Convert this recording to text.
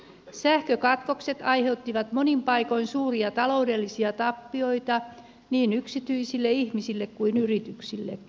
sähkökatkokset aiheuttivat monin paikoin suuria taloudellisia tappioita niin yksityisille ihmisille kuin yrityksillekin